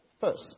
First